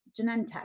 Genentech